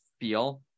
feel